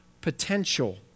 potential